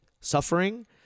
suffering